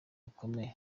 gikomeye